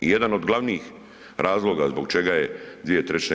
Jedan od glavnih razloga zbog čega je 2/